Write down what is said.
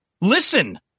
Listen